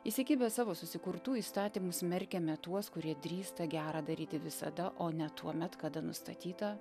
įsikibę savo susikurtų įstatymų smerkiame tuos kurie drįsta gera daryti visada o ne tuomet kada nustatyta